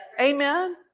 Amen